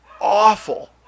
awful